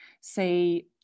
say